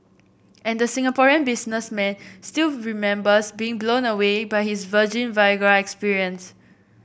and the Singaporean businessman still remembers being blown away by his virgin Viagra experience